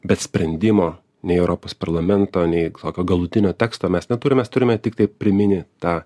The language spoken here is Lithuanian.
bet sprendimo nei europos parlamento nei tokio galutinio teksto mes neturime turime tiktai priminį tą